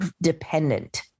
dependent